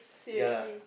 ya lah